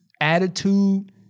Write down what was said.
attitude